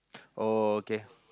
uh okay